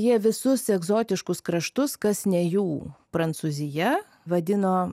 jie visus egzotiškus kraštus kas ne jų prancūzija vadino